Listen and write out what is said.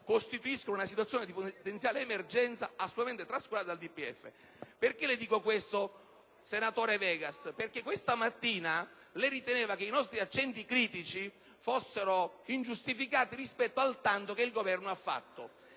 costituiscono una situazione di potenziale emergenza assolutamente trascurata dal DPEF. Perché le dico questo, vice ministro Vegas? Perché questa mattina lei riteneva che i nostri accenti critici fossero ingiustificati rispetto al tanto che il Governo ha fatto.